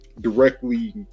directly